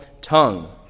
tongue